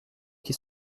qui